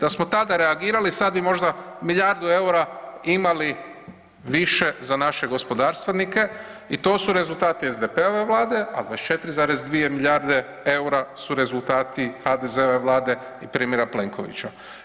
Da smo tada reagirali sada bi možda milijardu eura imali više za naše gospodarstvenike i to su rezultati SDP-ove vlade, a 24,2 milijarde eura su rezultati HDZ-ove vlade i premijera Plenkovića.